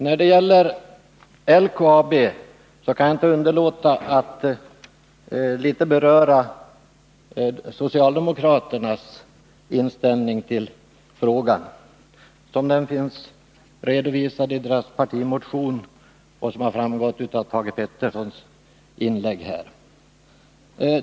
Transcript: När det gäller LKAB kan jag inte underlåta att beröra socialdemokraternas inställning till frågan sådan den finns redovisad i deras partimotion och sådan som den presenterats i Thage Petersons inlägg här.